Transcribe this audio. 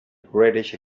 british